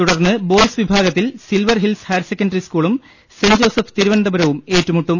തുടർന്ന് boys വിഭാഗത്തിൽ Silver Hills higher secondary സ്കൂളും സെന്റ്ജോസഫ് തിരുവനന്തപുരവും ഏറ്റുമുട്ടും